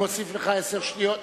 אני מוסיף לך עשר שניות.